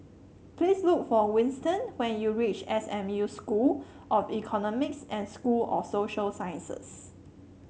please look for Winston when you reach S M U School of Economics and School of Social Sciences